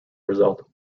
result